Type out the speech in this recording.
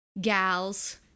gals